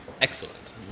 Excellent